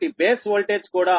కాబట్టి base voltage కూడా 6